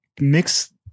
mix